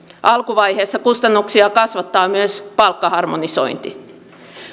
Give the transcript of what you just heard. alkuvaiheessa kustannuksia kasvattaa myös palkkaharmonisointi